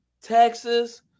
Texas